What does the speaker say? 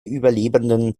überlebenden